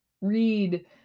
read